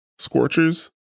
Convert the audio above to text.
Scorchers